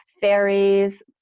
fairies